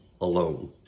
alone